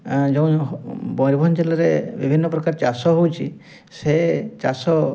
ଯେଉଁ ମୟୂରଭଞ୍ଜ ଜିଲ୍ଲାରେ ବିଭିନ୍ନ ପ୍ରକାର ଚାଷ ହଉଛି ସେ ଚାଷ